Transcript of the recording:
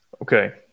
Okay